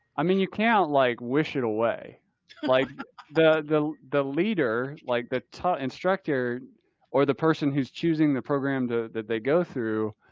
i mean, you can't like wish it away like the, the, the leader, like the ta instructor or the person who's choosing the program that they go through.